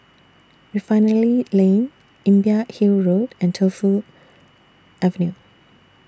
Refinery Lane Imbiah Hill Road and Tu Fu Avenue